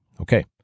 Okay